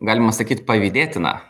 galima sakyt pavydėtina